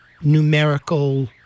numerical